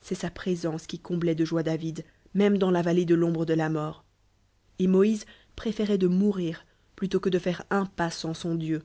c'est sa présence qui comblait de joie david méme dans la vallée de l'ombre de la mort et moïse préférait de mourir plutôt que de faire un pas sans son dieu